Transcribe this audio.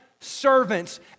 servants